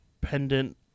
pendant